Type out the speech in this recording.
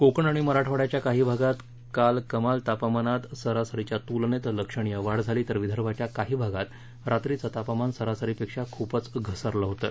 कोकण आणि मराठवाड्याच्या काही भागात काल कमाल तापमानात सरासरीच्या तुलनेत लक्षणीय वाढ झाली तर विदर्भाच्या काही भागात रात्रीचं तापमान सरासरीपेक्षा खुपच घसरलं होतं